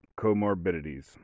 comorbidities